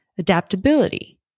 adaptability